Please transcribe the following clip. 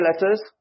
letters